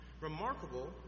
remarkable